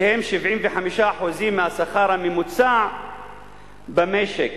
שהם 75% מהשכר הממוצע במשק.